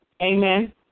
amen